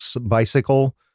bicycle